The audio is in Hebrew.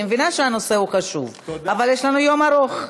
אני מבינה שהנושא חשוב, אבל יש לנו יום ארוך.